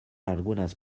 algunas